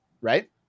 right